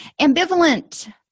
Ambivalent